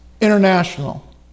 International